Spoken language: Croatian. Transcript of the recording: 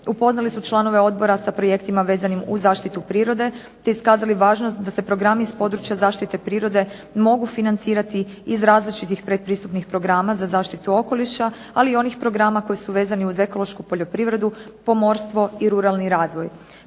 upoznali su članove odbora sa projektima vezanim uz zaštitu prirode te iskazali važnost da se programi iz područja zaštite prirode mogu financirati iz različitih pretpristupnih programa za zaštitu okoliša, ali i onih programa koji su vezani uz ekološku poljoprivredu, pomorstvo i ruralni razvoj.